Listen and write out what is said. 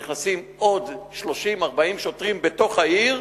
נכנסים עוד 30 40 שוטרים לתוך העיר,